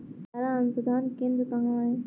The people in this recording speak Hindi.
चारा अनुसंधान केंद्र कहाँ है?